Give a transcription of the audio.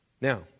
Now